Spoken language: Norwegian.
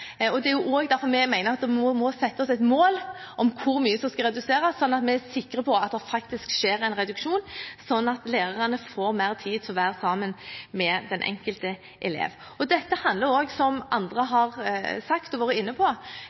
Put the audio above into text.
og det er også derfor vi mener at det må settes et mål på hvor mye som skal reduseres, sånn at vi er sikre på at det faktisk skjer en reduksjon, og at lærerne får mer tid til å være sammen med den enkelte elev. Det handler også, som andre har vært inne på,